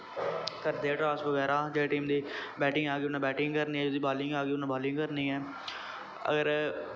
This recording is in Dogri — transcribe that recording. करदे ऐ टॉस बगैरा जेह्ड़ी टीम दा बैटिंग आए गी उ'नें बैटिंग करनी ऐ जेह्दी बॉलिंग आए गी उ'नें बॉलिंग करनी ऐ अगर